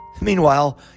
Meanwhile